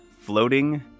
floating